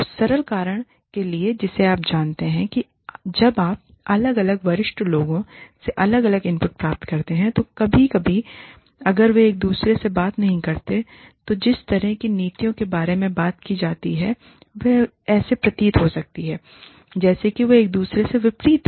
उस सरल कारण के लिए जिसे आप जानते हैं कि जब आप अलग अलग वरिष्ठ लोगों से अलग अलग इनपुट प्राप्त करते हैं तो कभी कभी अगर वे एक दूसरे से बात नहीं करते हैं तो जिस तरह से नीतियों के बारे में बात की जाती है वे ऐसे प्रतीत हो सकते हैं जैसे कि वे एक दूसरे के विपरीत हैं